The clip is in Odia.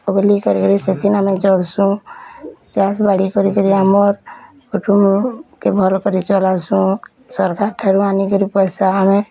ବୋଲି କରି ସେଥିର୍ ଆମେ ଚଲସୁଁ ଚାଷ୍ ବାଡ଼ି କରିକିରି ଆମର୍ କୁଟୁମ୍ କେ ଭଲକରି ଚଲାସୁଁ ସରକାର୍ ଠାରୁ ଆନିକିରୀ ପଇସା ଆମେ